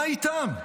מה איתם?